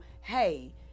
hey